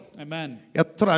Amen